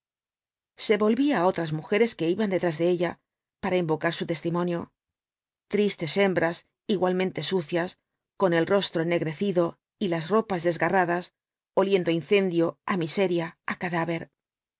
se volvía á otras mujeres que iban detrás de ella los cuatro jinhtbs del apocalipsis para invocar su testimonio tristes hembras igualmente sucias con el rostro ennegrecido y las ropas desgarradas oliendo á incendio á miseria á cadáver